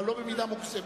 אבל לא במידה מוגזמת.